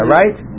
right